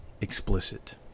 explicit